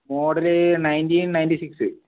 model nineteen ninety six